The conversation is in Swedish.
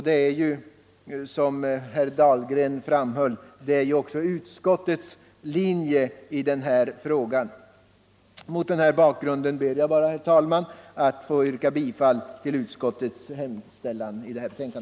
Det är, som herr Dahlgren framhöll, också utskottets linje i den här frågan. Mot denna bakgrund ber jag, herr talman, att få yrka bifall till utskottets hemställan.